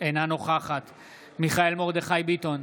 אינה נוכחת מיכאל מרדכי ביטון,